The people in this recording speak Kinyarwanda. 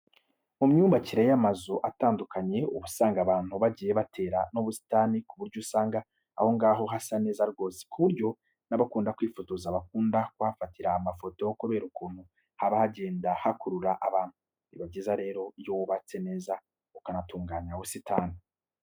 Mu myubakire y'amazu atandukanye, uba usanga abantu bagiye batera n'ubusitani ku buryo usanga aho ngaho hasa neza rwose, ku buryo n'abakunda kwifotoza bakunda kuhafatira amafoto kubera ukuntu haba hagenda hakurura abantu. Biba byiza rero iyo wubatse neza ukanatunganya ubusitani.